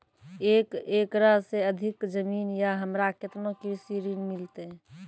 एक एकरऽ से अधिक जमीन या हमरा केतना कृषि ऋण मिलते?